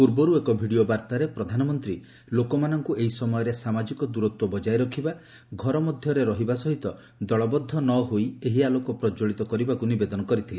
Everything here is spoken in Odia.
ପୂର୍ବରୁ ଏକ ଭିଡ଼ିଓ ବାର୍ତ୍ତାରେ ପ୍ରଧାନମନ୍ତ୍ରୀ ଲୋକମାନଙ୍କୁ ଏହି ସମୟରେ ସାମାଜିକ ଦୂରତ୍ୱ ବଜାୟ ରଖିବା ଘର ମଧ୍ୟରେ ରହିବା ସହିତ ଦଳବଦ୍ଧ ନ ହୋଇ ଏହି ଆଲୋକ ପ୍ରଜ୍ୱଳିତ କରିବାକୁ ନିବେଦନ କରିଥିଲେ